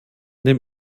dem